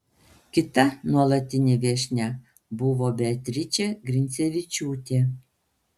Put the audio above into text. kita nuolatinė viešnia buvo beatričė grincevičiūtė